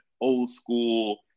old-school